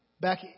back